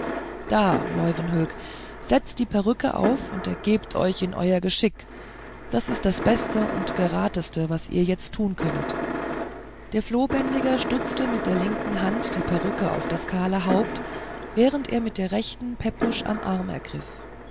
da leuwenhoek setzt die perücke auf und ergebt euch in euer geschick das ist das beste und geratenste was ihr jetzt tun könnet der flohbändiger stutzte mit der linken hand die perücke auf das kahle haupt während er mit der rechten pepusch beim arm ergriff